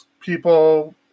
people